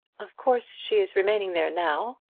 of course she is remaining there now.